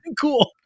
cool